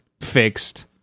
fixed